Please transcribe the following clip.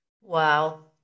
Wow